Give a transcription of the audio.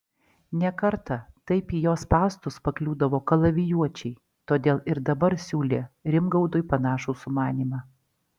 ne kartą taip į jo spąstus pakliūdavo kalavijuočiai todėl ir dabar siūlė rimgaudui panašų sumanymą